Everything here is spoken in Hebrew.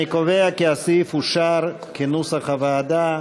אני קובע כי הסעיף אושר, כנוסח הוועדה,